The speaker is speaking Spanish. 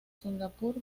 singapur